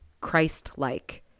Christ-like